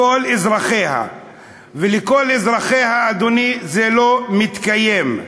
ו"לכל אזרחיה", אדוני, זה לא מתקיים.